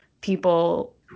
People